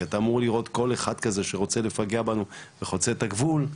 כי אתה אמור לראות כל אחד כזה שרוצה לפגע בנו וחוצה את הגבול.